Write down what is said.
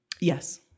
Yes